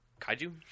Kaiju